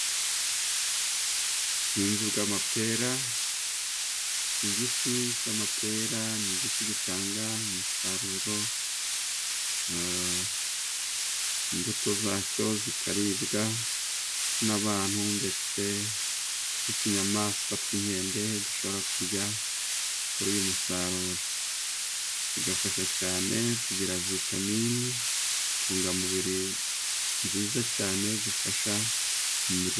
Ubuhinzi bw'amapera, igiti cy'amapera ni igiti gitanga umusaruro, imbuto zacyo zikaribwa n'abantu ndetse n'utunyamaswa tw'inkende dushobora kurya kuri uyu musaruro. Bigafasha cyane tugira vitamini n'intungamubiri nziza cyane zifasha umuntu.